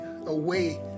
away